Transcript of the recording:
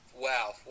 wow